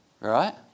Right